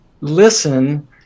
listen